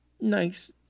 nice